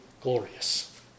glorious